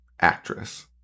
actress